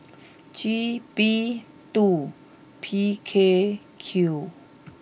G B two P K Q